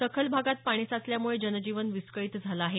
सखल भागात पाणी साचल्यामुळे जनजीवन विस्कळीत झालं आहे